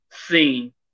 seen